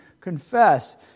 confess